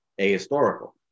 ahistorical